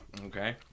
Okay